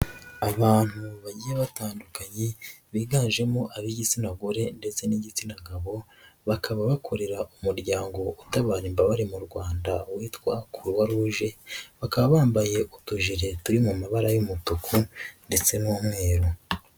Abantu bagiye batandukanye biganjemo ab'igitsina gore ndetse n'igitsina gabo bakaba bakorera umuryango utabara imbabare mu Rwanda witwa croix rouge, bakaba bambaye utujire turi mu mabara y'umutuku ndetse n'umweru.